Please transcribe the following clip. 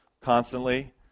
constantly